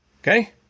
Okay